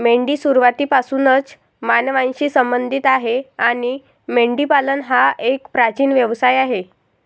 मेंढी सुरुवातीपासूनच मानवांशी संबंधित आहे आणि मेंढीपालन हा एक प्राचीन व्यवसाय आहे